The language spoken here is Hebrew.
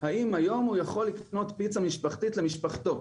האם היום הוא יכול לקנות פיצה משפחתית למשפחתו.